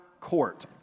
court